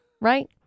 right